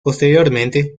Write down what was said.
posteriormente